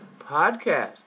podcast